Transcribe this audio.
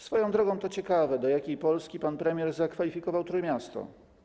Swoją drogą to ciekawe, do jakiej Polski pan premier zakwalifikował Trójmiasto.